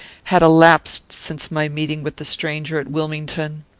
had elapsed since my meeting with the stranger at wilmington.